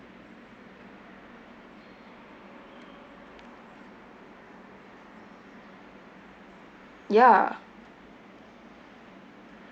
ya